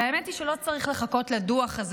והאמת היא שלא צריך לחכות לדוח הזה